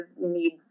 need